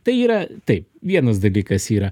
tai yra taip vienas dalykas yra